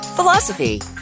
philosophy